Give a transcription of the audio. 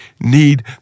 need